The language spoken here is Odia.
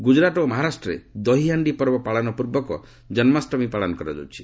ଗୁଜରାଟ ଓ ମହାରାଷ୍ଟ୍ରରେ ଦହିହାଣ୍ଡି ପର୍ବ ପାଳନ ପୂର୍ବକ ଜନ୍ମାଷ୍ଟମୀ ପାଳନ କରାଯାଉଛି